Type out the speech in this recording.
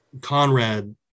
Conrad